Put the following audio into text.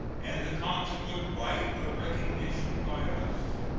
and the consequent right of recognition by us.